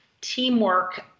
teamwork